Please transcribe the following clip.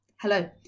Hello